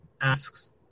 asks